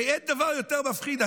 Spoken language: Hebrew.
הרי אין דבר יותר מפחיד,